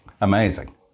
Amazing